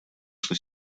что